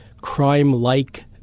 crime-like